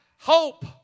hope